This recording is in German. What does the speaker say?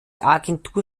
agentur